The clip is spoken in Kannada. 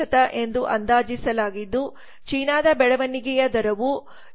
1 ಎಂದು ಅಂದಾಜಿಸಲಾಗಿದ್ದು ಚೀನಾದ ಬೆಳವಣಿಗೆಯ ದರವು 7